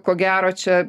ko gero čia